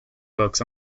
books